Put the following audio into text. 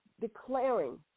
declaring